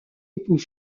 époux